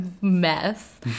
mess